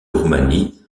roumanie